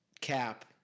Cap